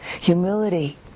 Humility